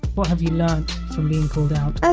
what have you learnt from being called out?